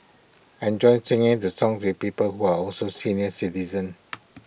I enjoy singing the songs with people who are also senior citizens